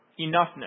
enoughness